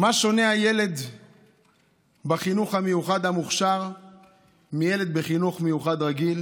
במה שונה הילד בחינוך המיוחד המוכש"ר מילד בחינוך מיוחד רגיל,